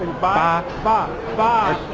bye but bye.